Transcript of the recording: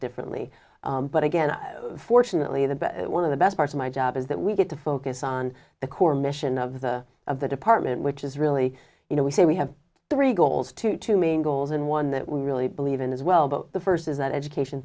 differently but again i fortunately the best one of the best parts of my job is that we get to focus on the core mission of the of the department which is really you know we say we have three goals to two main goals and one that we really believe in as well but the first is that education